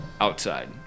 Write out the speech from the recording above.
outside